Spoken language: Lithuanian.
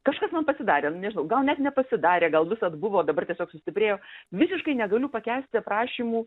kažkas man pasidarė nu nežinau gal net nepasidarė gal visad buvo o dabar tiesiog sustiprėjo visiškai negaliu pakęsti aprašymų